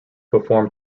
perform